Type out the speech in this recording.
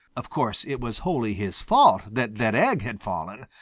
of course, it was wholly his fault that that egg had fallen,